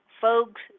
folks